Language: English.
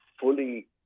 fully